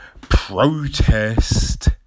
protest